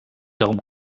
darum